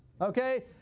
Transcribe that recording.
Okay